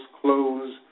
clothes